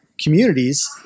communities